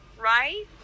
right